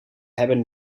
hebben